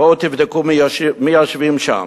בואו תבדקו מי יושבים שם.